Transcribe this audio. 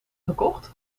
gekocht